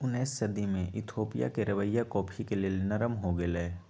उनइस सदी में इथोपिया के रवैया कॉफ़ी के लेल नरम हो गेलइ